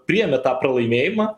priėmė tą pralaimėjimą